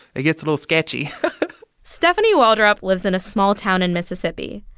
it gets a little sketchy stephanie waldrop lives in a small town in mississippi.